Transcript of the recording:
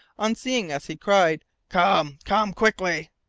on seeing us, he cried come come quickly!